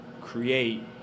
create